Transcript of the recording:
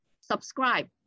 subscribe